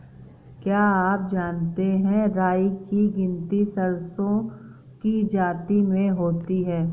क्या आप जानते है राई की गिनती सरसों की जाति में होती है?